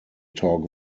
talk